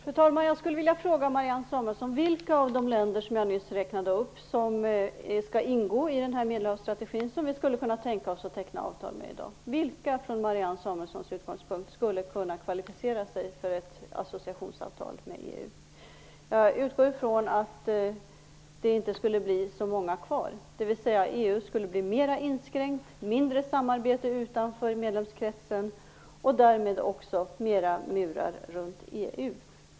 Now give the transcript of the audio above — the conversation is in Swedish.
Fru talman! Jag skulle vilja fråga Marianne Samuelsson: Vilka av de länder som jag nyss räknade upp och som skall ingå i den här Medelhavsstrategin som vi i dag skulle kunna teckna avtal med? Vilka skulle från Marianne Samuelssons utgångspunkt kunna kvalificera sig för ett associationsavtal med EU? Jag utgår från att det inte skulle bli så många länder kvar, dvs. EU skulle bli mer inskränkt, det skulle bli mindre samarbete utanför medlemskretsen och därmed också mer murar runt EU.